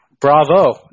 Bravo